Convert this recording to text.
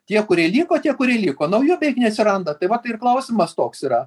tie kurie liko tie kurie liko naujų beik neatsiranda tai vat ir klausimas toks yra